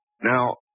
Now